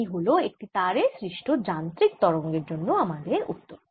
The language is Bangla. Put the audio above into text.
এই হল একটি তারে সৃষ্ট যান্ত্রিক তরঙ্গের জন্য আমাদের উত্তর